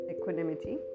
equanimity